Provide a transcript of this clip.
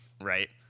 Right